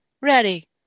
Ready